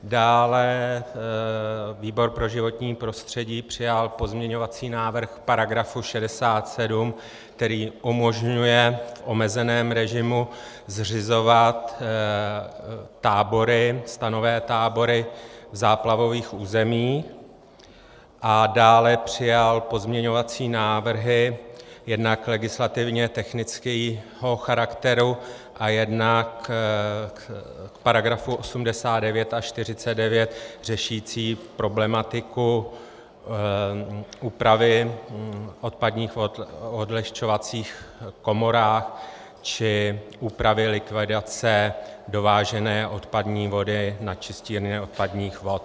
Dále výbor pro životní prostředí přijal pozměňovací návrh k § 67, který umožňuje v omezeném režimu zřizovat tábory, stanové tábory, v záplavových územích, a dále přijal pozměňovací návrhy jednak legislativně technického charakteru a jednak k § 89 a 49, řešící problematiku úpravy odpadních vod v odlehčovacích komorách či úpravy likvidace dovážené odpadní vody na čistírny odpadních vod.